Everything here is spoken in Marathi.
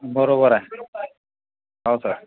बरोबर आहे हो सर